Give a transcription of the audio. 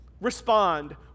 respond